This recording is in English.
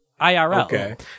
IRL